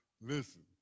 listen